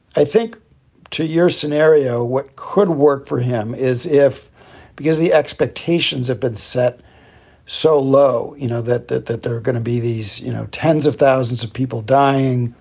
i think to your scenario, what could work for him is if because the expectations have been set so low, you know, that that that they're going gonna be these, you know, tens of thousands of people dying,